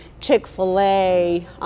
Chick-fil-A